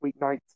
weeknights